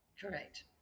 Correct